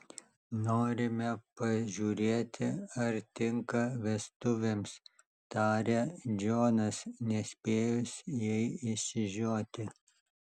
norime pažiūrėti ar tinka vestuvėms taria džonas nespėjus jai išsižioti